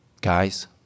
Guys